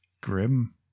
grim